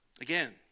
again